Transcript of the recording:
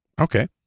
Okay